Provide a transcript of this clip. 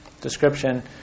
description